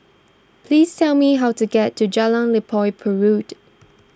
please tell me how to get to Jalan Limau Purut